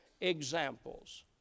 examples